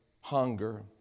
hunger